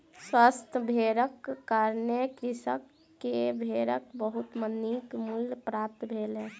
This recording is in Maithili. स्वस्थ भेड़क कारणें कृषक के भेड़क बहुत नीक मूल्य प्राप्त भेलै